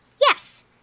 Yes